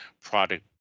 product